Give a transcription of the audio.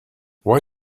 why